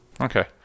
Okay